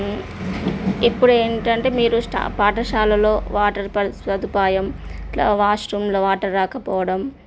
ఇప్పుడేంటంటే మీరు స్టాప్ పాఠశాలలో వాటర్ సదుపాయం ఇట్లా వాష్ రూమ్లో వాటర్ రాకపోవడం